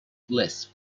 lisp